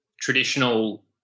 traditional